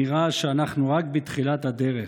נראה שאנחנו רק בתחילת הדרך.